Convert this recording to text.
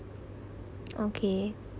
okay